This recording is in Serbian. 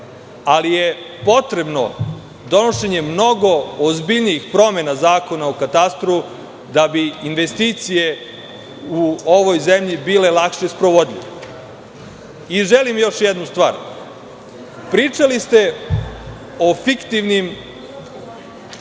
Ali, potrebno je donošenje mnogo ozbiljnijih promena Zakona o katastru, da bi investicije u ovoj zemlji bile lakše sprovodive. Još jednu stvar bih rekao. Pričali ste o fiktivnim